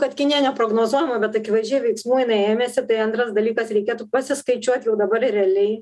kad kinija neprognozuojama bet akivaizdžiai veiksmų jinai ėmėsi tai antras dalykas reikėtų pasiskaičiuot jau dabar realiai